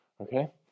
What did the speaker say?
Okay